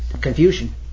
confusion